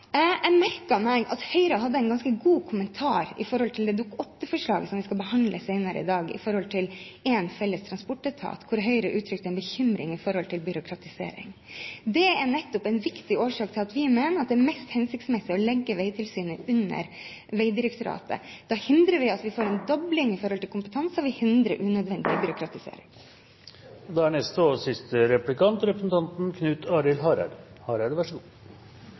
Jeg merket meg at Høyre hadde en ganske god kommentar i tilknytning til Dokument 8-forslaget om å etablere én transportetat, som vi skal behandle senere i dag. Der har Høyre uttrykt bekymring for byråkratisering. Det er nettopp en viktig årsak til at vi mener det er mest hensiktsmessig å legge veitilsynet under Vegdirektoratet. Da forhindrer vi at vi får en dobling av kompetansen, og vi forhindrer unødvendig byråkratisering. Eg vil berre kort replisere at Bondevik II-regjeringa aldri la fram ein eigen nasjonal transportplan. Dei la fram Sem-erklæringa. Og